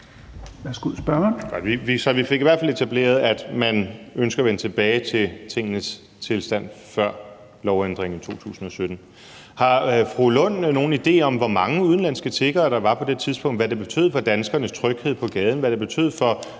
fald etableret, at man ønsker at vende tilbage til tingenes tilstand før lovændringen i 2017. Har fru Rosa Lund nogen idé om, hvor mange udenlandske tiggere der var på det tidspunkt, og hvad det betød for danskernes tryghed på gaden;